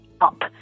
up